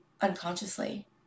unconsciously